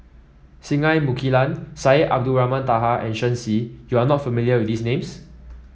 Singai Mukilan Syed Abdulrahman Taha and Shen Xi you are not familiar with these names